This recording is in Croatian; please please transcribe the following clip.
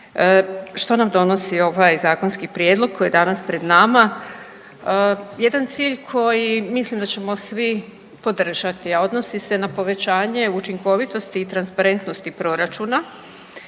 Što nam donosi ovaj zakonski prijedlog koji je danas pred nama? Jedan cilj koji mislim da ćemo svi podržati, a odnosi se na povećanje učinkovitosti i transparentnosti proračuna,